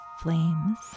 flames